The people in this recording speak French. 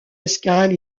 escale